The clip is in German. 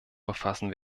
befassen